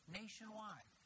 nationwide